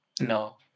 No